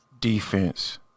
defense